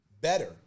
better